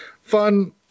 fun